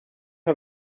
her